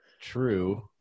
true